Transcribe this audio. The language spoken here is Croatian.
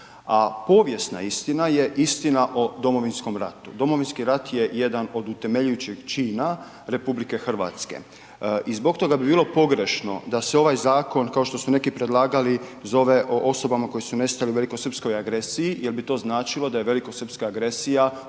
a povijesna istina je istina o Domovinskom ratu. Domovinski rat je jedan od utemeljujućih čina RH i zbog toga bi bilo pogrešno da se ovaj zakon, kao što su neki predlagali, zove o osobama koje su nestale u velikosrpskoj agresiji jel bi to značilo da je velikosrpska agresija